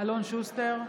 אלון שוסטר,